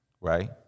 right